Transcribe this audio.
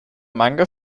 manga